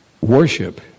Worship